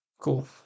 Cool